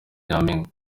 nyampinga